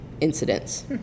incidents